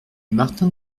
martin